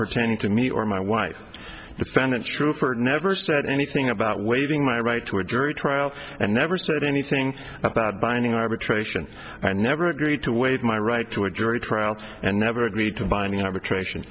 pertaining to me or my wife experiments true for never said anything about waiving my right to a jury trial and never said anything about binding arbitration i never agreed to waive my right to a jury trial and never agreed to binding arbitration